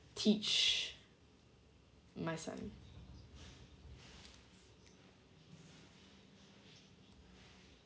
teach my son